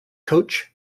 coach